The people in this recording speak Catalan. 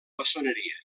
maçoneria